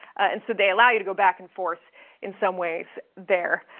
and so they allow you to go back and forth in some ways there.